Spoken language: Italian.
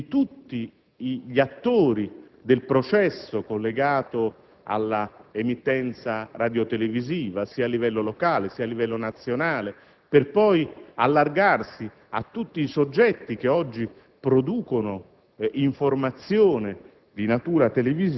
orientarsi nell'ambito di tutti gli attori del processo collegato all'emittenza radiotelevisiva a livello locale e nazionale, per poi allargarsi a tutti i soggetti che oggi producono